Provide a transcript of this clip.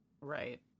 right